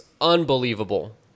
unbelievable